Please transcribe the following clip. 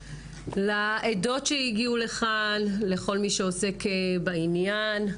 לעדות שהגיעו לכאן ולכל מי שעוסק בעניין.